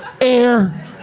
Air